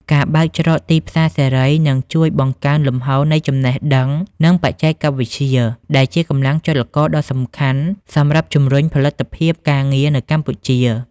ការបើកច្រកទីផ្សារសេរី នឹងជួយបង្កើនលំហូរនៃចំណេះដឹង និងបច្ចេកវិទ្យាដែលជាកម្លាំងចលករដ៏សំខាន់សម្រាប់ជម្រុញផលិតភាពការងារនៅកម្ពុជា។